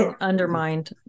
undermined